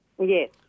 Yes